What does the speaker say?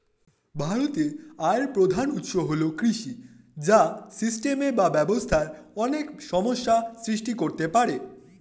ভারতের আয়ের প্রধান উৎস হল কৃষি, যা সিস্টেমে বা ব্যবস্থায় অনেক সমস্যা সৃষ্টি করতে পারে